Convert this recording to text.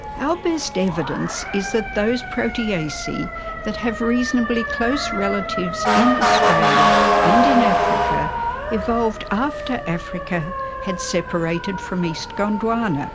our best evidence is that those proteaceae that have reasonably close relatives in australia and in africa evolved after africa had separated from east gondwana,